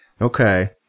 Okay